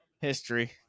history